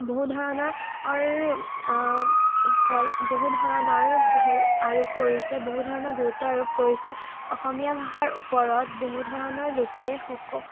বহু ধৰণৰ অৰ বহু ধৰণৰ হেৰি আৰোপ কৰিছে বহু ধৰণৰ গুৰুত্ব আৰোপ কৰিছে অসমীয়া ভাষাৰ ওপৰত বহু ধৰণৰ লোকে